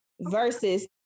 versus